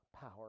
power